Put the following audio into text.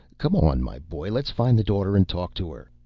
come on, my boy, let's find the daughter and talk to her.